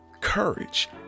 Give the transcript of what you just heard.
courage